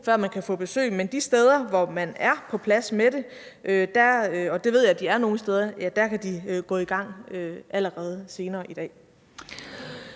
før man kan få besøg, men de steder, hvor de er på plads med det – og det ved jeg de er nogle steder – kan de gå i gang allerede senere i dag.